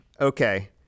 okay